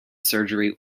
surgery